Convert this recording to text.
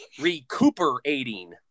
recuperating